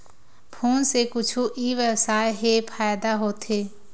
Phone से कुछु ई व्यवसाय हे फ़ायदा होथे?